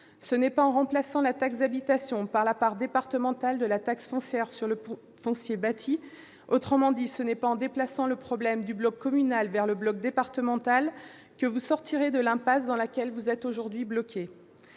Ce n'est pas en remplaçant cette taxe par la part départementale de la taxe foncière sur les propriétés bâties, autrement dit ce n'est pas en déplaçant le problème du bloc communal vers les départements, que vous sortirez de l'impasse dans laquelle vous êtes aujourd'hui bloqué,